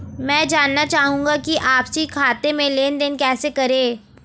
मैं जानना चाहूँगा कि आपसी खाते में लेनदेन कैसे करें?